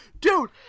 Dude